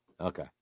Okay